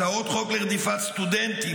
הצעות חוק לרדיפת סטודנטים,